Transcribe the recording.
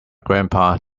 grandpa